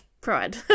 Pride